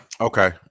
Okay